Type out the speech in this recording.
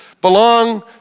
belong